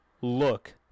look